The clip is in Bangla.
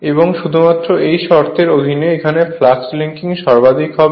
এবং শুধুমাত্র এই শর্তের অধীনে এখানে ফ্লাক্স লিঙ্কিং সর্বাধিক হবে